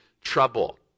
trouble